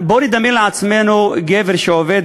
בואו נדמיין לעצמנו גבר שעובד,